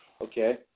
Okay